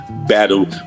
Battle